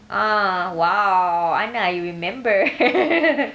ah !wow! ana you remember